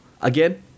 Again